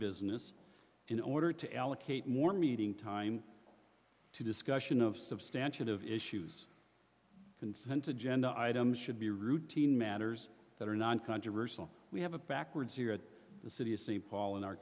business in order to allocate more meeting time to discussion of substantiative issues and since agenda items should be routine matters that are non controversial we have a backwards here at the city of st paul in our